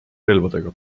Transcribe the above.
relvadega